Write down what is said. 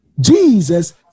Jesus